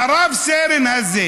והרב-סרן הזה,